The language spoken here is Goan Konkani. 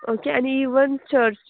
ओके आनी इवन चर्च